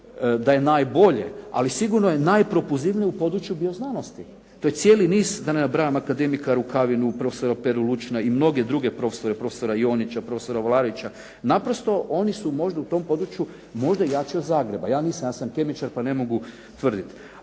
da je najbolje, ali sigurno je najpropulzivnije u području bioznanosti. To je cijeli niz, da ne nabrajam, akademika Rukavinu, profesora Peru Lučina i mnoge druge profesore, profesora Jonića, profesora Volarića. Naprosto, oni su možda u tom području možda jači od Zagreba. Ja nisam, ja sam kemičar pa ne mogu tvrditi,